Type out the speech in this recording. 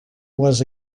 was